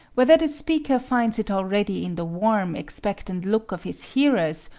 whether the speaker finds it already in the warm, expectant look of his hearers,